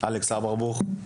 אלכס אברבוך.